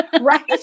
Right